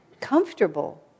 comfortable